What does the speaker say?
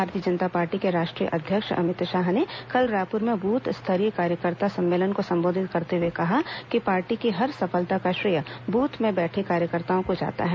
भारतीय जनता पार्टी के राष्ट्रीय अध्यक्ष अमित शाह ने कल रायपुर में बूथ स्तरीय कार्यकर्ता सम्मेलन को संबोधित करते हुए कहा कि पार्टी की हर सफलता का श्रेय बूथ में बैठे कार्यकर्ताओं को जाता है